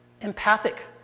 empathic